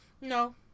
No